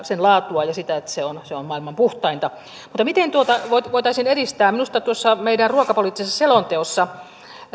sen laatua ja sitä että se on se on maailman puhtainta mutta miten tuota voitaisiin edistää minusta meidän ruokapoliittisessa selonteossa